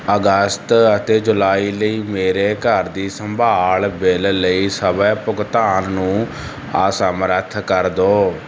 ਅਗਸਤ ਅਤੇ ਜੁਲਾਈ ਲਈ ਮੇਰੇ ਘਰ ਦੀ ਸੰਭਾਲ ਬਿੱਲ ਲਈ ਸਵੈ ਭੁਗਤਾਨ ਨੂੰ ਅਸਮਰੱਥ ਕਰ ਦਿਓ